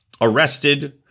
arrested